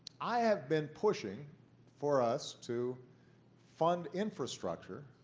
i have been pushing for us to fund infrastructure